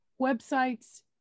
websites